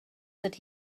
that